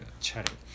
chatting